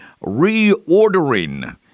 reordering